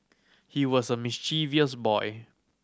he was a mischievous boy